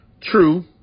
True